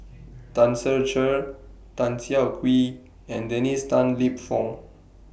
Tan Ser Cher Tan Siah Kwee and Dennis Tan Lip Fong